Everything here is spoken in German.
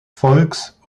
volks